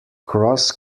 cross